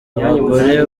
abagore